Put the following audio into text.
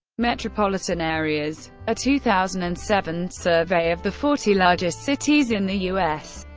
metropolitan areas. a two thousand and seven survey of the forty largest cities in the u s.